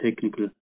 technical